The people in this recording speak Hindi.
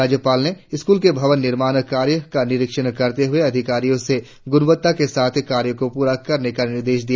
राज्यपाल ने स्कूल के भवन निर्माण कार्य का निरीक्षण करते हुए अधिकारियों से गुणवत्ता के साथ कार्य को पूरा करने का निर्देश दिया